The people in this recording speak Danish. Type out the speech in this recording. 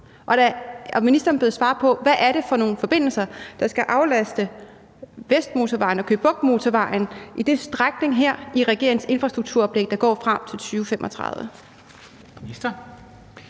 Ministeren bedes svare på, hvad det er for nogle forbindelser, der skal aflaste Vestmotorvejen og Køge Bugt Motorvejen på den her strækning, i regeringens infrastrukturoplæg, der går frem til 2035.